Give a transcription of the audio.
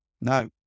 no